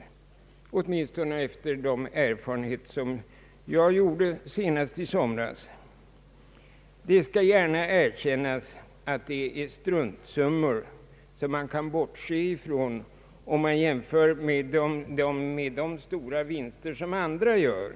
Jag utgår härvidlag från de erfarenheter jag gjorde senast i somras. Det skall gärna erkännas att det är struntsummor, som man kan bortse från om man jämför med de stora vinster som andra gör.